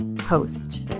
host